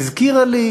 הזכירה לי